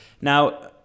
Now